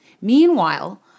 Meanwhile